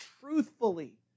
truthfully